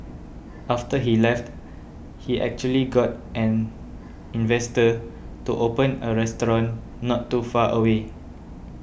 after he left he actually got an investor to open a restaurant not too far away